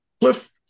Cliff